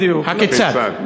הכיצד?